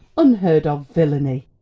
unheard of villany!